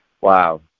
Wow